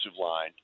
line